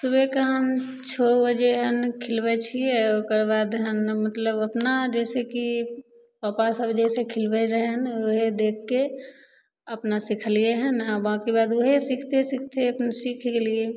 सुबहके हम छओ बजे अन्न खिलबै छिए ओकर बाद हम मतलब ओतना जइसेकि पापा सभ जइसे खिलबै रहै ने वएह देखिके अपना सिखलिए हँ आओर बाँकी बाद वएह सिखिते सिखिते अपन सिखि गेलिए